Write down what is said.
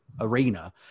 arena